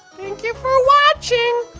thank you for watching!